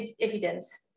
evidence